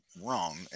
wrong